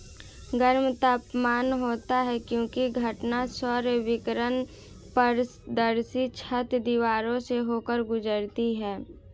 गर्म तापमान होता है क्योंकि घटना सौर विकिरण पारदर्शी छत, दीवारों से होकर गुजरती है